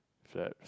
slap